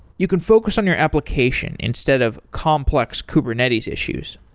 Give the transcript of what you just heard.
you can focus on your application instead of complex kubernetes issues.